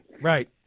Right